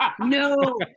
No